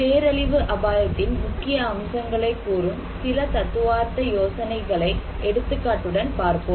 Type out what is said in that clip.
பேரழிவு அபாயத்தின் முக்கிய அம்சங்களை கூறும் சில தத்துவார்த்த யோசனைகளை எடுத்துக்காட்டுடன் பார்ப்போம்